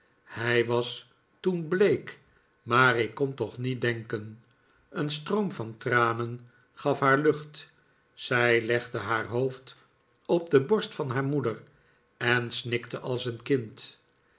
hij was toen bleek maar ik kon toch niet denken een stroom van tranen gaf haar lucht zij legde haar hoofd op de borst van haar moeder en snikte als een kind